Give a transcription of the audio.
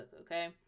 okay